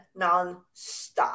nonstop